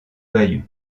bayeux